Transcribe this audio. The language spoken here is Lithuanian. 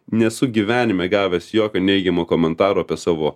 nesu gyvenime gavęs jokio neigiamo komentaro apie savo